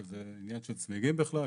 שזה עניין של צמיגים בגלל,